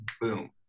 boom